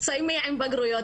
תסיימי עם הבגרויות.